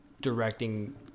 directing